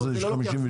מה זה יש 56 תאגידים?